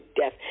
death